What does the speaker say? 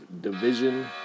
division